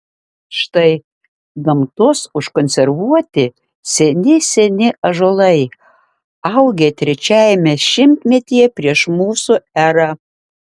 štai gamtos užkonservuoti seni seni ąžuolai augę trečiajame šimtmetyje prieš mūsų erą